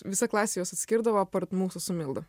visa klasė juos atskirdavo apart mūsų su milda